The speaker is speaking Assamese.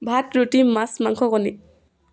ভাত ৰুটি মাছ মাংস কণী